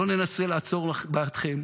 לא ננסה לעצור בעדכם.